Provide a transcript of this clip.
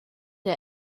der